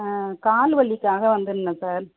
கால் வலிக்காக வந்திருந்தேன் சார்